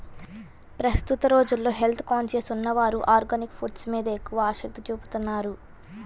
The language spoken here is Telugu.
ప్రస్తుత రోజుల్లో హెల్త్ కాన్సియస్ ఉన్నవారు ఆర్గానిక్ ఫుడ్స్ మీద ఎక్కువ ఆసక్తి చూపుతున్నారు